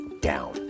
down